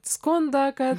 skundą kad